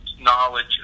knowledge